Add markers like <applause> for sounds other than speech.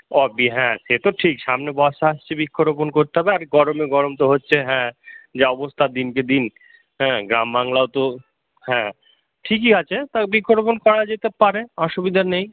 ও <unintelligible> হ্যাঁ সে তো ঠিক সামনে বর্ষা আসছে বৃক্ষরোপণ করতে হবে আর গরমে গরম তো হচ্ছে হ্যাঁ যা অবস্থা দিন কে দিন হ্যাঁ গ্রামবাংলাও তো হ্যাঁ ঠিকই আছে তাও বৃক্ষরোপণ করা যেতে পারে অসুবিধা নেই